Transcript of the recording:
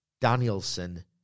Danielson